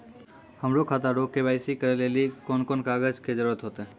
हमरो खाता रो के.वाई.सी करै लेली कोन कोन कागज के जरुरत होतै?